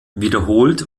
wiederholt